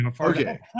okay